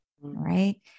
Right